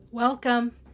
Welcome